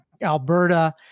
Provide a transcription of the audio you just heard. Alberta